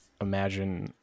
imagine